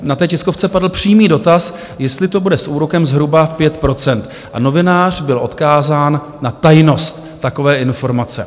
Na té tiskovce padl přímý dotaz, jestli to bude s úrokem zhruba 5 %, a novinář byl odkázán na tajnost takové informace.